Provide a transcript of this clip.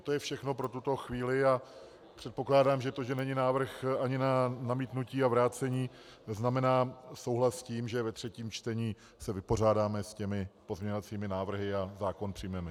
To je všechno pro tuto chvíli a předpokládám, že to, že není návrh ani na zamítnutí a vrácení, znamená souhlas s tím, že ve třetím čtení se vypořádáme s těmi pozměňovacími návrhy a zákon přijmeme.